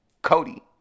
Cody